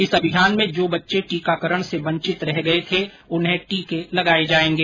इस अभियान में जो बच्चे टीकाकरण से वंचित रह गए थे उन्हें टीके लगाए जाएंगे